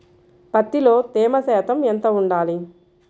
పత్తిలో తేమ శాతం ఎంత ఉండాలి?